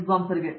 professor